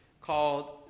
called